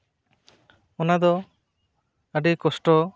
ᱚᱱᱟᱫᱚ ᱟᱹᱰᱤ ᱠᱚᱥᱴᱚ